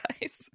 guys